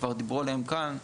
שכבר דיברו עליהם כאן,